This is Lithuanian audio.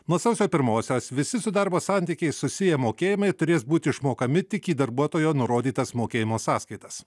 nuo sausio pirmosias visi su darbo santykiais susiję mokėjimai turės būti išmokami tik į darbuotojo nurodytas mokėjimo sąskaitas